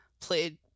played